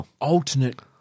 alternate